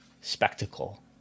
spectacle